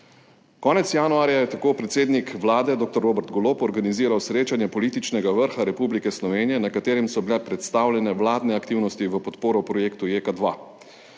Konec januarja je tako predsednik Vlade dr. Robert Golob organiziral srečanje političnega vrha Republike Slovenije, na katerem so bile predstavljene vladne aktivnosti v podporo projektu JEK2.